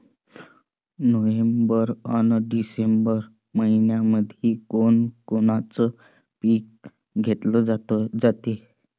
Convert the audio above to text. November अन December मइन्यामंधी कोण कोनचं पीक घेतलं जाते?